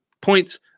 points